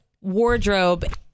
wardrobe